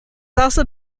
also